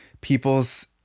people's